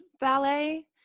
ballet